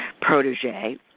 protege